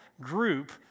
group